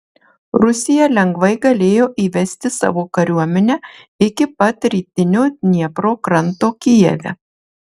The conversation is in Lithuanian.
rusija lengvai galėjo įvesti savo kariuomenę iki pat rytinio dniepro kranto kijeve